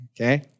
okay